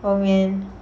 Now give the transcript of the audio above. oh man